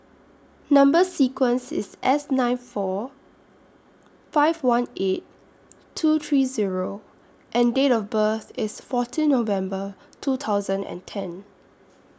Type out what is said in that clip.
Number sequence IS S nine four five one eight two three Zero and Date of birth IS fourteen November two thousand and ten